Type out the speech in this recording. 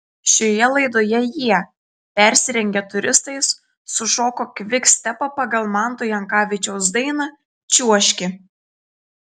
šioje laidoje jie persirengę turistais sušoko kvikstepą pagal manto jankavičiaus dainą čiuožki